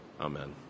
Amen